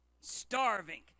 starving